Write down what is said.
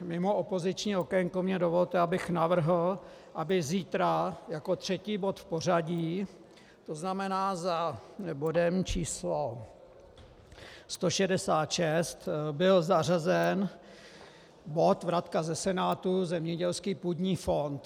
Mimo opoziční okénko mi dovolte, abych navrhl, aby zítra jako třetí bod v pořadí, tzn. za bodem číslo 166, byl zařazen bod vratka ze Senátu zemědělský půdní fond.